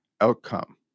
outcome